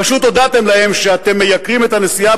פשוט הודעתם להם שאתם מייקרים את הנסיעה